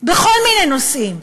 בכל מיני נושאים,